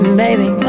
baby